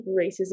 racism